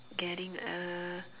getting a